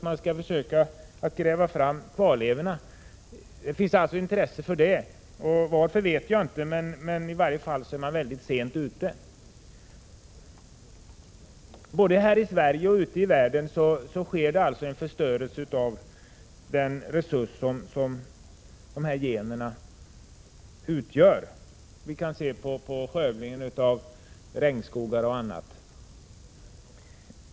Man vill försöka gräva fram kvarlevorna. Det finns alltså intresse för det. Varför vet jag inte, men man är i varje fall mycket sent ute. Både här i Sverige och ute i världen sker en förstörelse av den resurs som generna utgör. Vi kan se på skövlingen av regnskogar och annat.